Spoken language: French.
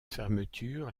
fermeture